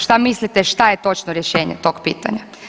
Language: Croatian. Šta mislite šta je točno rješenje tog pitanja?